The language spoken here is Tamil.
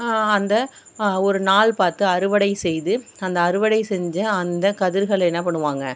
அந்த ஒரு நாள் பார்த்து அறுவடை செய்து அந்த அறுவடை செஞ்ச அந்த கதிர்களை என்ன பண்ணுவாங்க